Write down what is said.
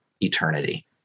eternity